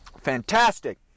Fantastic